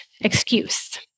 excuse